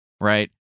right